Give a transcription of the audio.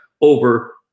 over